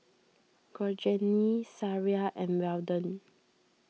Georgene Sariah and Weldon